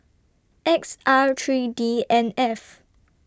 X R three D N F